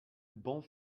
bons